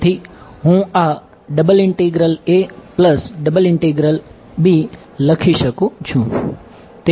તેથી હું આ લખી શકું છું